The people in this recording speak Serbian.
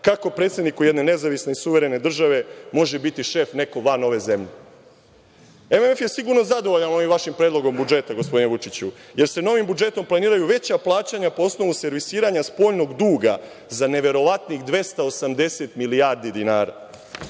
kako predsedniku jedne nezavisne suverene države može biti šef neko van ove zemlje? Međunarodni monetarni fond je sigurno zadovoljan ovim vašim predlogom budžeta, gospodine Vučiću, jer ste novim budžetom planiraju veća plaćanja po osnovu servisiranja spoljnog duga za neverovatnih 280 milijardi dinara.